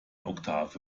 oktave